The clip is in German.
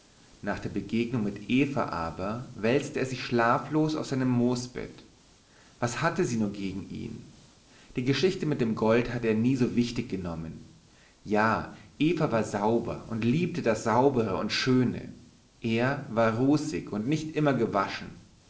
nach der begegnung mit eva aber wälzte er sich schlaflos auf seinem moosbett was hatte sie nur gegen ihn die geschichte mit dem gold hatte er nie so wichtig genommen ja eva war sauber und liebte das saubere und schöne er war rußig und nicht immer gewaschen